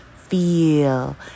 feel